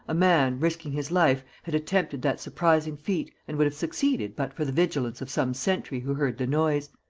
a man, risking his life, had attempted that surprising feat and would have succeeded but for the vigilance of some sentry who heard the noise.